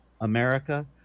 America